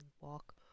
walk